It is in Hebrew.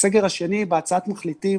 הצעת המחליטים